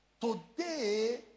today